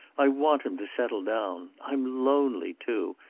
i want him to settle down. i'm lonely, too,